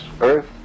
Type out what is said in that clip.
earth